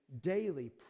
daily